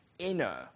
inner